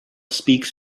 speaks